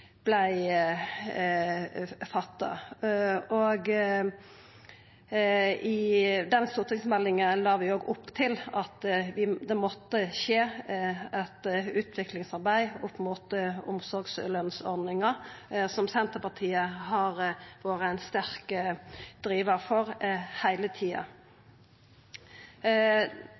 I samband med stortingsmeldinga la vi opp til at det måtte skje eit utviklingsarbeid opp mot omsorgslønsordninga, som Senterpartiet har vore ein sterk pådrivar for heile tida.